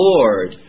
Lord